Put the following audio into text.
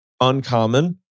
uncommon